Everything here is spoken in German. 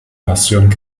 passion